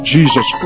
Jesus